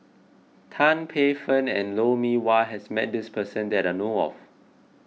Tan Paey Fern and Lou Mee Wah has met this person that I know of